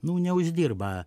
nu neuždirba